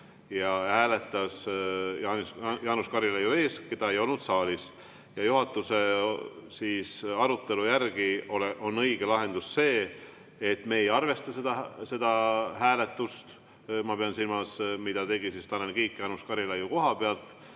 ja hääletas Jaanus Karilaiu eest, keda ei olnud saalis. Juhatuse arutelu järgi on õige lahendus see, et me ei arvesta seda hääletust – ma pean silmas seda, mida tegi Tanel Kiik Jaanus Karilaiu koha pealt